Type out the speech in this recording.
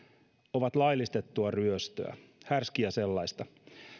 ovat laillistettua ryöstöä härskiä sellaista